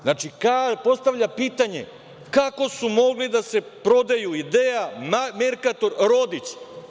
Znači, postavlja pitanje - kako su mogli da se prodaju „Idea“, „Merkator“, „Rodić“